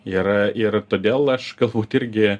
ir ir todėl aš galbūt irgi